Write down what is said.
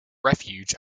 refuge